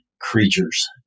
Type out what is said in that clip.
creatures